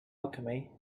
alchemy